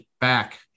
back